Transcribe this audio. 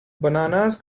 bananas